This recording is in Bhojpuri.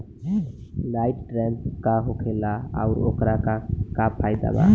लाइट ट्रैप का होखेला आउर ओकर का फाइदा बा?